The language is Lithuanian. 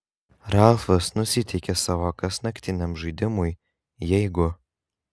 ralfas nusiteikė savo kasnaktiniam žaidimui jeigu